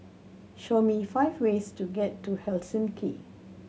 show me five ways to get to Helsinki